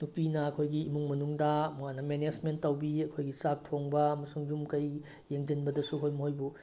ꯅꯨꯄꯤꯅ ꯑꯩꯈꯣꯏꯒꯤ ꯏꯃꯨꯡ ꯃꯅꯨꯡꯗ ꯃꯥꯅ ꯃꯦꯅꯦꯖꯃꯦꯟ ꯇꯧꯕꯤ ꯑꯩꯈꯣꯏꯒꯤ ꯆꯥꯛ ꯊꯣꯡꯕ ꯑꯃꯁꯨꯡ ꯌꯨꯝ ꯀꯩ ꯌꯦꯡꯁꯤꯟꯕꯗꯁꯨ ꯑꯩꯈꯣꯏ ꯃꯣꯏꯕꯨ